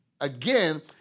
Again